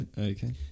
Okay